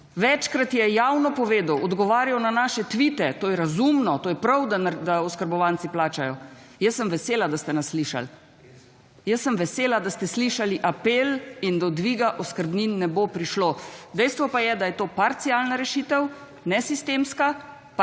Večkrat je javno povedal, odgovarjal na naše tweete, to je razumno, to je prav, da oskrbovanci plačajo. Jaz sem vesela, da ste nas slišali. Jaz sem vesela, da ste slišali apel in do dviga oskrbnin ne bo prišlo. Dejstvo pa je, da je to parcialna rešitev, ne sistemska,